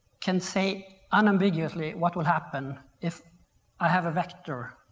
can say unambiguously what will happen if i have vector,